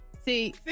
see